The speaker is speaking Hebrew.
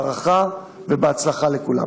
הערכה, ובהצלחה לכולם.